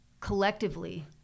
collectively